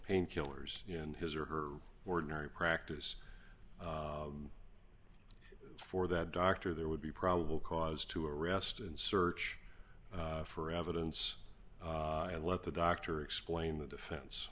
painkillers in his or her ordinary practice for that doctor there would be probable cause to arrest and search for evidence and let the doctor explain the defen